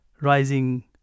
rising